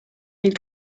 mille